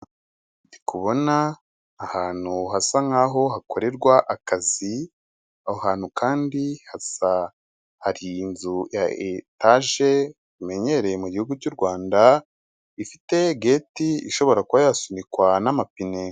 Ndi kubona ahantu hasa nk'aho hakorerwa akazi ,aho hantu kandi hari inzu ya etaje imenyerewe mu gihugu cy'urwanda .ifite geti ishobora kuba yasunikwa n'amapine.